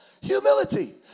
humility